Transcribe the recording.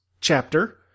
chapter